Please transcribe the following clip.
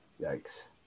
yikes